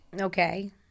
Okay